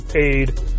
paid